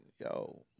yo